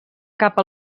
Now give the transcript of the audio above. cap